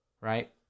Right